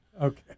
Okay